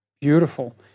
Beautiful